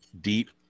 deep